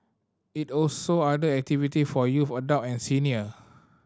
it also order activity for youths adult and senior